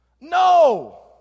No